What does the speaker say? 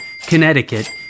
Connecticut